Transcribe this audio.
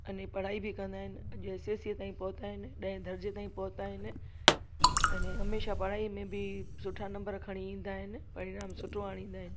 अन पढ़ाई बि कंदा आहिनि अॼु एस एस सीअ ताईं पहुता आहिनि ॾहें दर्ज़े ताईं पहुता आहिनि अने हमेशह पढ़ाईअ में बि सुठा नम्बर खणी ईंदा आहिनि परिणाम सुठो आणींदा आहिनि